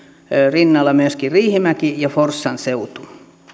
rinnalla myöskin riihimäki ja forssan seutu